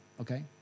Okay